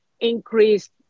increased